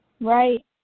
Right